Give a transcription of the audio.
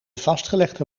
vastgelegde